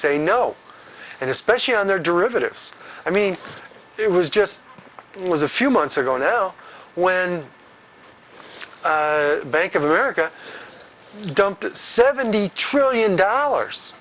say no and especially on their derivatives i mean it was just it was a few months ago now when bank of america dumped seventy trillion dollars